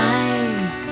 eyes